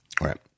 right